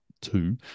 two